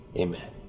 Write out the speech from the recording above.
Amen